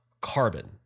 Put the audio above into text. carbon